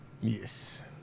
Yes